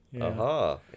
Aha